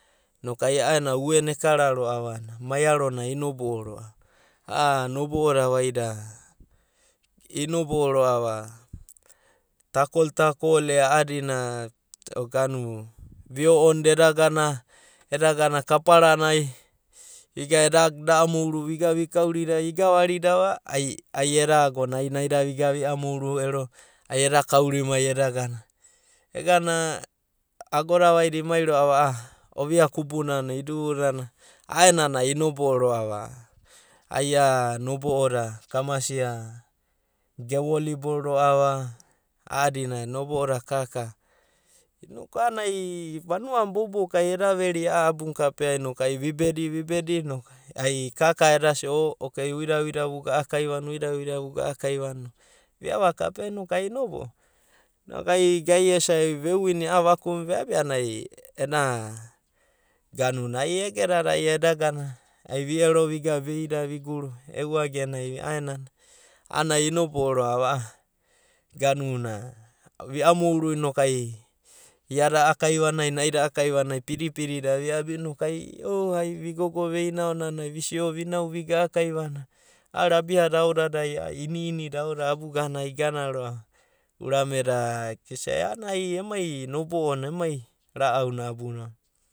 Noku ai a’aenanai u’e na ekara roa’va a’anana maiaro nai inobo’o roa’va a’a nobe’o da vaidai, inob’o roa’va takol takol e a’adina or ganu, vio’onidia eda gana, eda gana kaparanai, viagana eda amouru, vigana vikauridia, igavaridava ai eda agona ai noida vigana amouru ero, ai eda kaurimai eda gana. Vegana agona vaida imai roa’va a’a ovia kubunana idu’u nana a’aenanai inobo’o roa’va ai ia nobo’o da, kamasia ge volibol roa’va a’adina nobo’o da ka ka inku a’anana ai vanua na bouka ai eda veri a’a abuna kapea noku ai vi bedi vi bedi noku ai kaka eda sia oh akuida uida ai vagana a’a kaivana, uida uida vugana a’akaiva na noku viava kapea noku ai vinebo’o noku ai gai isai ve wini a’a vaku ve’abia a’anana ai ena ganuna. Ai ege dada eda gana ai vi ero vigana veida, viguru e’u agenai a’aenanai, a’anana ai inobo’o roa’va a’a ganuna vi amouru noku ai iada a’a kaiva nai, naida ia kaiua nai pidi pidi da viabi noku ai vigogo veina aonanai visio vinau vigana a’a kaive a’a rabia da aodadai, ini ini da ao dadai abugana igana roa’va urameda isai a’anana ai emai nobo’o na emai ra’au na ebunana.